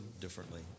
differently